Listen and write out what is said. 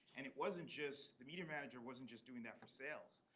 and it wasn't just the media manager wasn't just doing that for sales.